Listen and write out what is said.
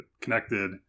connected